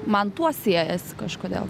man tuo siejasi kažkodėl